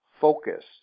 focused